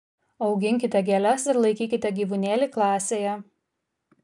auginkite gėles ar laikykite gyvūnėlį klasėje